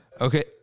Okay